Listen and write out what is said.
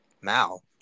Mal